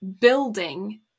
building